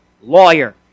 lawyer